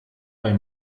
bei